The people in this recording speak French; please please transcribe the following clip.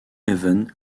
haven